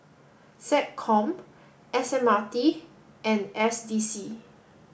SecCom S M R T and S D C